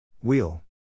Wheel